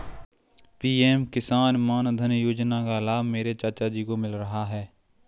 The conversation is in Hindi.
पी.एम किसान मानधन योजना का लाभ मेरे चाचा जी को मिल रहा है